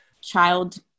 child